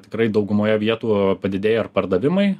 tikrai daugumoje vietų padidėja ir pardavimai